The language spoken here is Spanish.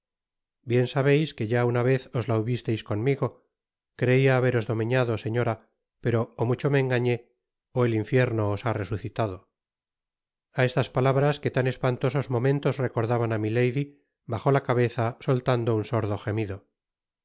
bien sabeis que ya una vez os las hubisteis conmigo creia haberos domeñado señora pero ó mucho me engañé ó el infierno os ha resucitado a esas palabras que tan espantosos momentos recordaban á milady bajó la cabeza soltando un sordo gemido